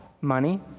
money